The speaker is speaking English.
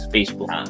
Facebook